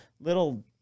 little